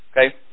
Okay